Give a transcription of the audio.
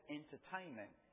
entertainment